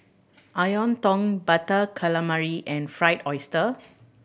tong Butter Calamari and fry oyster